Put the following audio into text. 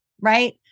right